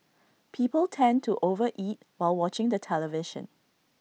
people tend to over eat while watching the television